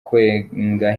kwenga